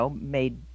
made